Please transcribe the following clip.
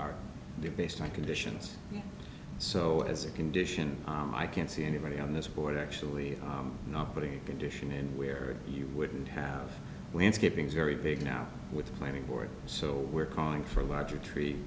you based on conditions so as a condition i can't see anybody on this board actually not putting a condition and where you would have landscaping is very big now with the planning board so we're calling for larger tree